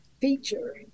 feature